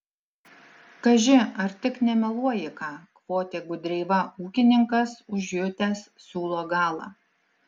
kaži ar tik nemeluoji ką kvotė gudreiva ūkininkas užjutęs siūlo galą